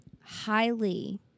highly